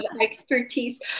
expertise